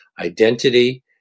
identity